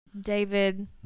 David